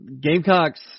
Gamecocks